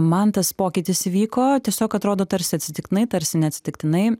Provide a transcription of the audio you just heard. man tas pokytis įvyko tiesiog atrodo tarsi atsitiktinai tarsi neatsitiktinai